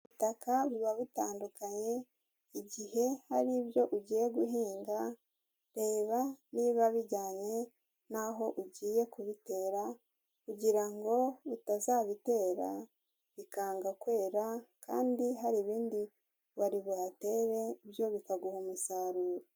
Ubutaka buba butandukanye, igihe hari ibyo ugiye guhinga reba niba bijyanye n'aho ugiye kubitera kugira ngo utazabitera bikanga kwera kandi hari ibindi wari buhatere byo bikaguha umusaruro.